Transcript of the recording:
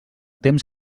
temps